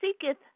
seeketh